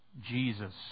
Jesus